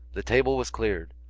the table was cleared.